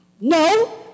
No